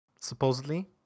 supposedly